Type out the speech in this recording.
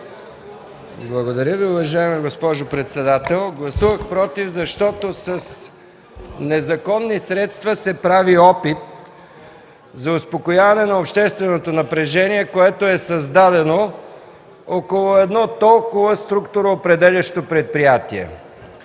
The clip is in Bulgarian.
Благодаря Ви, уважаема госпожо председател. Гласувах „против” защото с незаконни средства се прави опит за успокояване на общественото напрежение, което е създадено около едно толкова структуроопределящо предприятие.